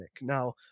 Now